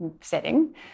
setting